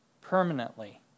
permanently